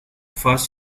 first